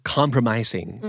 compromising